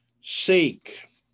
Seek